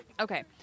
okay